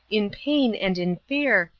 in pain, and in fear,